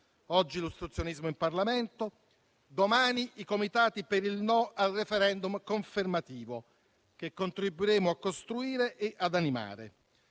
oggi l'ostruzionismo in Parlamento, domani i comitati per il no al *referendum* confermativo, che contribuiremo a costruire e ad animare.